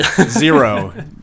Zero